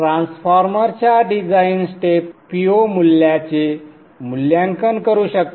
ट्रान्सफॉर्मरच्या design step Po मूल्याचे मूल्यांकन करू शकता